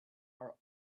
are